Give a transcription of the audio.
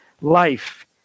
life